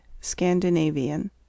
Scandinavian